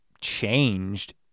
changed